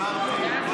הסברתי.